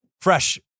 fresh